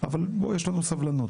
אבל בוא, יש לנו סבלנות.